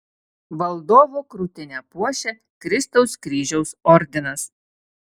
valdovo krūtinę puošia kristaus kryžiaus ordinas